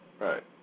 right